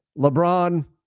LeBron